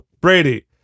Brady